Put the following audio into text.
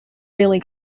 really